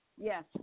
Yes